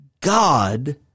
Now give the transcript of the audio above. God